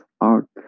art